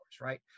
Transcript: right